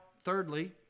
thirdly